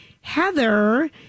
Heather